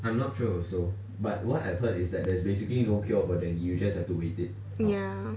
ya